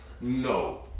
No